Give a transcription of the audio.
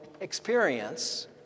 experience